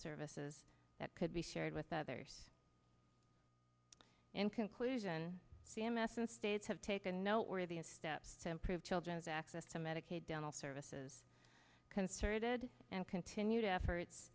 services that could be shared with others in conclusion c m s and states have taken note worthy a step to improve children's access to medicaid dental services concerted and continued efforts